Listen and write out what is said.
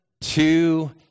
two